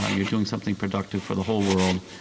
um you're doing something productive for the whole world,